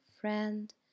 friend